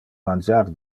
mangiar